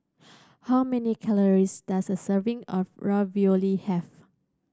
how many calories does a serving of Ravioli have